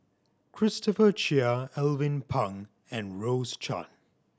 Christopher Chia Alvin Pang and Rose Chan